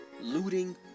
looting